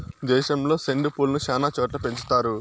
దేశంలో సెండు పూలను శ్యానా చోట్ల పెంచుతారు